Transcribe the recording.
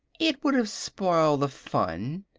it would have spoiled the fun,